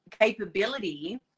capability